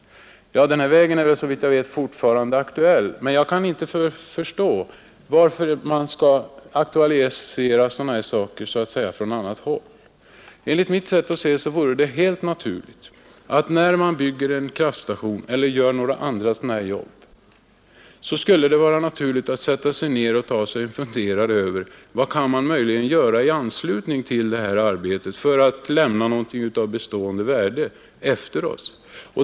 Den vägen är såvitt jag vet fortfarande aktuell. Men jag kan inte förstå varför sådana frågor skall behöva aktualiseras så att säga från annat håll. Enligt mitt sätt att se vore det naturligt att man, när man bygger en kraftstation eller sysslar med andra sådana jobb, funderar över vad man möjligen kan göra i anslutning till det arbetet för att lämna efter sig något av bestående värde.